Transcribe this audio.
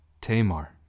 Tamar